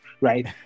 right